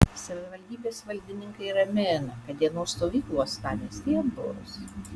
savivaldybės valdininkai ramina kad dienos stovyklų uostamiestyje bus